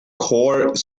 core